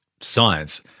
science